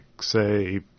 say